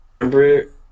remember